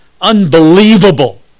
unbelievable